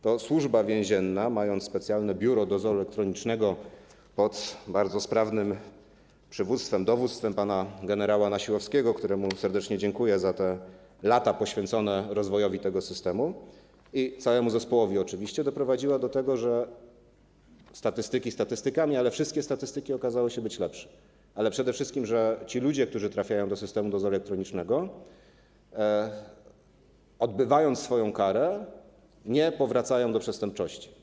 To Służba Więzienna, mając specjalne Biuro Dozoru Elektronicznego pod bardzo sprawnym dowództwem pana gen. Nasiłowskiego, któremu serdecznie dziękuję za te lata poświęcone rozwojowi tego systemu, i całemu zespołowi oczywiście, doprowadziła do tego przede wszystkim - statystyki statystykami, ale wszystkie statystyki okazały się lepsze - że ci ludzie, którzy trafiają do systemu dozoru elektronicznego, odbywając swoją karę, nie powracają do przestępczości.